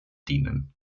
dienen